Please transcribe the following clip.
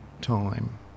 time